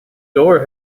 door